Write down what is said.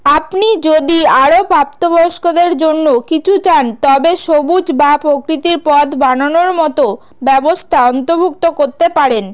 আপনি যদি আরও প্রাপ্তবয়স্কদের জন্য কিছু চান তবে সবুজ বা প্রকৃতির পথ বানানোর মতো ব্যবস্থা অন্তর্ভুক্ত করতে পারেন